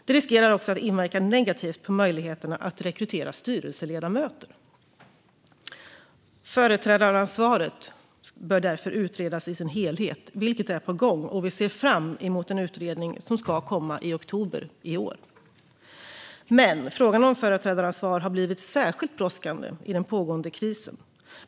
Det riskerar även att inverka negativt på möjligheterna att rekrytera styrelseledamöter. Företrädaransvaret bör därför utredas i sin helhet, vilket är på gång. Vi ser fram emot den utredning som ska komma i oktober i år. Men frågan om företrädaransvar har blivit särskilt brådskande i den pågående krisen.